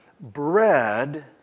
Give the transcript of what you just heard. Bread